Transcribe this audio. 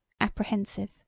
Apprehensive